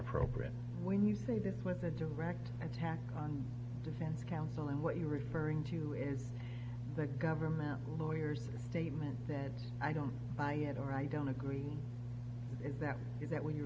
appropriate when you say this was a direct attack on defense counsel and what you are referring to is the government lawyers statement that i don't buy it or i don't agree with that is that when you're